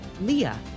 leah